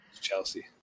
chelsea